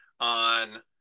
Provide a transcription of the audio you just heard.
on